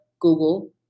Google